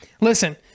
Listen